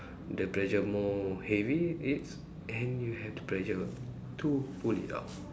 the pressure more heavy it's and you have the pressure to pull it out